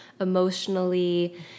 emotionally